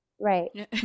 Right